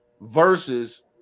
Versus